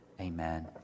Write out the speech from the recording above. amen